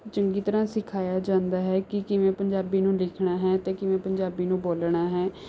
ਚੰਗੀ ਤਰ੍ਹਾਂ ਸਿਖਾਇਆ ਜਾਂਦਾ ਹੈ ਕਿ ਕਿਵੇਂ ਪੰਜਾਬੀ ਨੂੰ ਲਿਖਣਾ ਹੈ ਅਤੇ ਕਿਵੇਂ ਪੰਜਾਬੀ ਨੂੰ ਬੋਲਣਾ ਹੈ